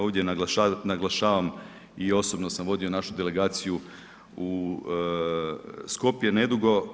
Ovdje naglašavam i osobno sam vodio našu delegaciju u Skopje nedugo.